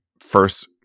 first